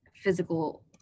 physical